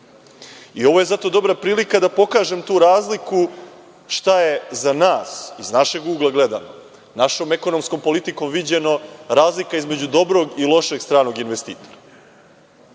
je zato dobra prilika da pokažem tu razliku šta je za nas, iz našeg ugla gledano, našom ekonomskom politikom viđeno razlika između dobrog i lošeg stranog investitora. Generalni